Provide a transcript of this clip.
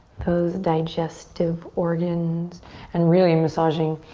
those digestive organs and really massaging